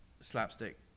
slapstick